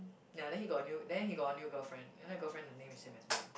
ya then he got a new then he got a new girlfriend then the girlfriend the name is same as mine